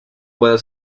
puede